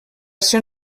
ser